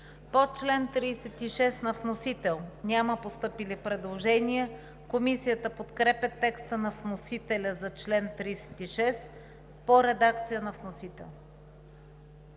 По чл. 36 на вносител няма постъпили предложения. Комисията подкрепя текста на вносителя за чл. 36 в редакция на вносителя.